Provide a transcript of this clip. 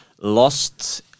lost